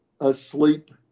asleep